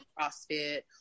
CrossFit